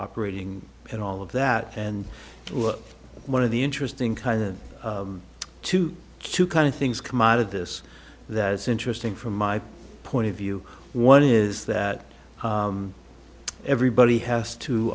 operating and all of that and one of the interesting kind of to kind of things commodity this that it's interesting from my point of view one is that everybody has to